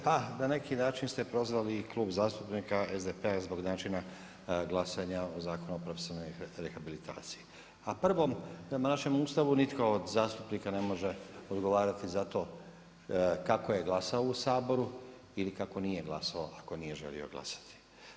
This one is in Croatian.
Pa na neki način ste prozvali i Klub zastupnika SDP-a zbog načina glasanja o Zakonu o profesionalnoj rehabilitaciji, a prvom prema našem Ustavu nitko od zastupnika ne može odgovarati za to kako je glasao u Saboru ili kako nije glasao ako nije želio glasati.